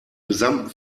gesamten